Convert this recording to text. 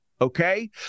Okay